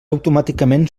automàticament